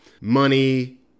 Money